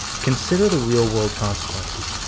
consider the real world consequences,